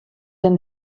denn